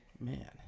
man